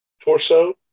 torso